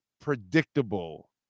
predictable